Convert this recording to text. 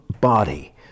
body